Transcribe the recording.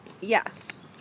yes